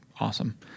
awesome